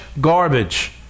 garbage